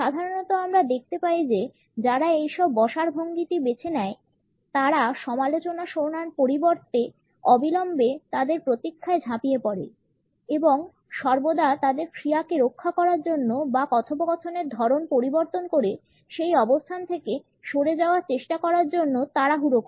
সাধারণত আমরা দেখতে পাই যে যারা এই বসার ভঙ্গিটি বেছে নেয় তারা সমালোচনা শোনার পরিবর্তে অবিলম্বে তাদের প্রতিরক্ষায় ঝাঁপিয়ে পড়ে এবং সর্বদা তাদের ক্রিয়াকে রক্ষা করার জন্য বা কথোপকথনের ধরণ পরিবর্তন করে সেই অবস্থান থেকে সরে যাওয়ার চেষ্টা করার জন্য তাড়াহুড়ো করে